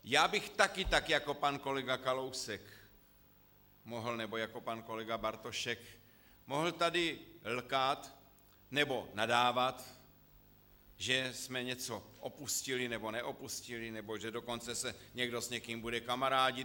Já bych taky tak jako pan kolega Kalousek nebo pan kolega Bartošek mohl tady lkát nebo nadávat, že jsme něco opustili, nebo neopustili, nebo že dokonce se někdo s někým bude kamarádit.